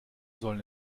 sollen